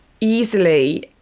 easily